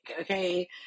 okay